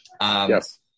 Yes